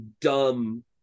dumb